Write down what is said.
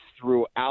throughout